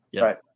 Right